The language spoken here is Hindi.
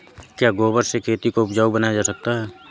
क्या गोबर से खेती को उपजाउ बनाया जा सकता है?